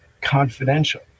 confidential